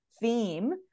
theme